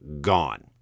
Gone